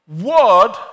word